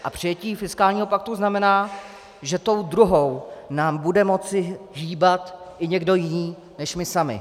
A přijetí fiskálního paktu znamená, že tou druhou nám bude moci hýbat i někdo jiný než my sami.